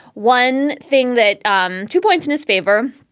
one thing that um two points in his favor,